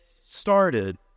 started